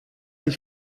ich